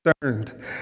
concerned